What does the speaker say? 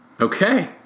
Okay